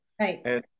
right